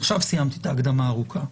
עכשיו סיימתי את ההקדמה הארוכה.